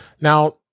Now